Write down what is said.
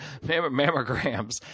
Mammograms